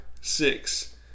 six